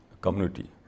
community